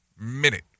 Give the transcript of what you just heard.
Minute